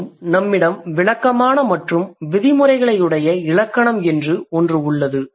மேலும் நம்மிடம் விளக்கமான மற்றும் விதிமுறைகளுடைய இலக்கணம் என்று ஒன்று உள்ளது